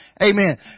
Amen